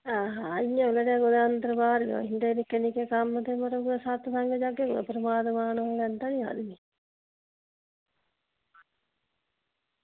ते इंया अंदर बाहर होंदे निक्के निक्के कम्म बड़े ते सत्संग जाह्गे कुदै परमात्मा नांऽ लैंदा निं कुदै आदमी